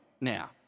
now